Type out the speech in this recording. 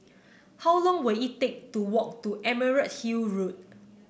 how long will it take to walk to Emerald Hill Road